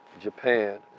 Japan